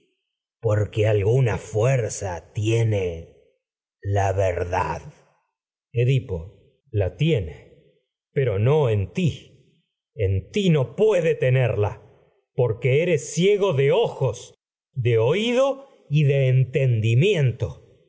porque alguna fuerza tiene no en la verdad no la tiene pero ti en ti puede tenerla porque eres ciego de ojos de oído y de enteniipientq